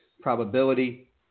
probability